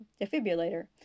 defibrillator